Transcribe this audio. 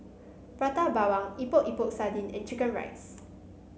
Prata Bawang Epok Epok Sardin and chicken rice